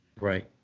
Right